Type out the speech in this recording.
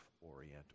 Orient